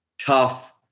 tough